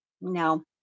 no